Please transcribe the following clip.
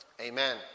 amen